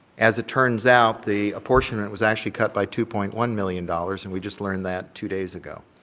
as it turns out, the apportionment was actually cut by two point one million dollars and we just learned that two days ago.